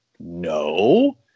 No